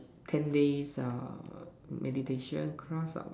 ten days uh meditation class ah